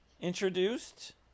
introduced